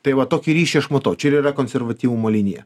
tai va tokį ryšį aš matau čia ir yra konservatyvumo linija